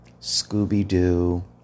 Scooby-Doo